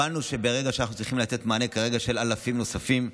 הבנו שברגע שאנחנו צריכים לתת מענה של אלפים נוספים,